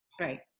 Right